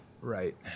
Right